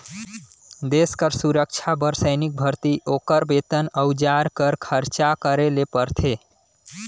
देस कर सुरक्छा बर सैनिक भरती, ओकर बेतन, अउजार कर खरचा करे ले परथे